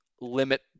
limit